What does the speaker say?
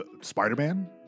Spider-Man